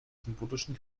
symbolischen